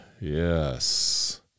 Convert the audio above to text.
Yes